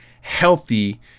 healthy